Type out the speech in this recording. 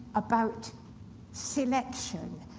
about selection,